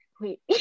Wait